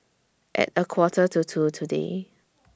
At A Quarter to two today